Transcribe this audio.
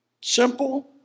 Simple